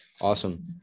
awesome